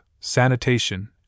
sanitation